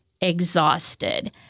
exhausted